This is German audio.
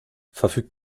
verfügt